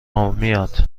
میاد